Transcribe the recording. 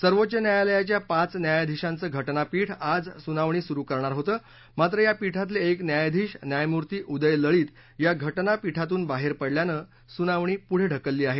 सर्वोच्च न्यायालयाच्या पाच न्यायाधीशांचं घटनापीठ आज सुनावणी सुरु करणार होतं मात्र या पीठातले एक न्यायाधीश न्यायमूर्ती उदय लळित या घटनापीठातून बाहेर पडल्यानं सुनावणी पुढं ढकलली आहे